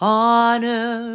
honor